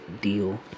deal